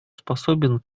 способен